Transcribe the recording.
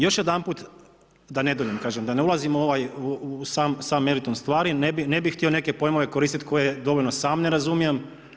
Još jedanput, da ne duljim, kažem da ne ulazim u ovaj u sam meritum stvari, ne bi htio neke pojmove koristiti koje dovoljno sam ne razumijem.